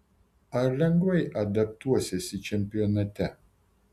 ar lengvai adaptuosiesi čempionate